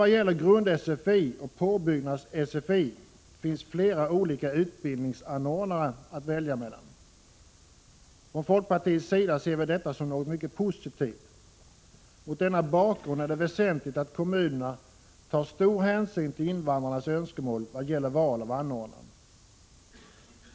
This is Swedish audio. Vad gäller både grund-sfi och påbyggnads-sfi finns flera olika utbildningsanordnare att välja mellan. Från folkpartiets sida ser vi detta som något mycket positivt. Mot denna bakgrund är det väsentligt att kommunerna tar stor hänsyn till invandrarnas önskemål vad gäller val av anordnare.